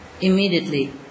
immediately